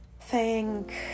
thank